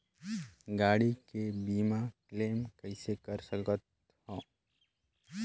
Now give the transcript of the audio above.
गाड़ी के बीमा क्लेम कइसे कर सकथव?